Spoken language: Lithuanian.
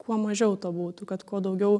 kuo mažiau to būtų kad kuo daugiau